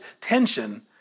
tension